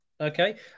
okay